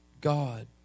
God